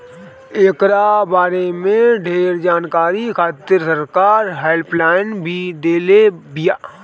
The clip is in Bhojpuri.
एकरा बारे में ढेर जानकारी खातिर सरकार हेल्पलाइन भी देले बिया